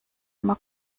immer